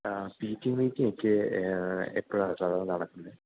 ആ P T A മീറ്റിങ്ങൊക്കെ എപ്പോഴാണു സാധാരണ നടക്കുന്നത്